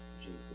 Jesus